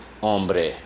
hombre